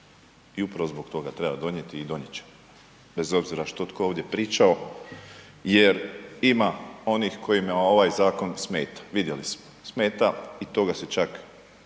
i upravo zbog toga treba donjeti i donjet ćemo bez obzira što tko ovdje pričao jer ima onih kojima ovaj zakon smeta, vidjeli smo smeta i toga se čak